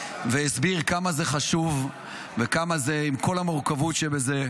והסביר כמה זה חשוב, עם כל המורכבות שבזה.